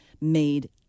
made